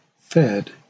fed